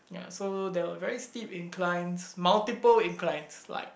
ya so there were very steep inclines multiple inclines like